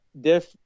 diff